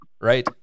right